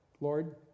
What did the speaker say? Lord